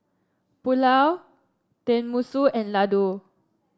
Pulao Tenmusu and Ladoo